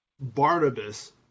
barnabas